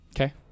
Okay